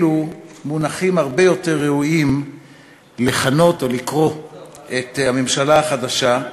אלו מונחים הרבה יותר ראויים לכנות או לקרוא לממשלה החדשה,